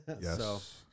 Yes